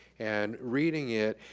and reading it,